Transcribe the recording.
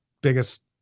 biggest